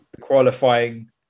qualifying